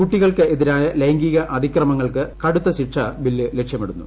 കുട്ടി കൾക്ക് എതിരായ ലൈംഗീക അതിക്രമങ്ങൾക്ക് കടുത്ത ശിക്ഷ ബില്ല് ലക്ഷ്യമിടുന്നു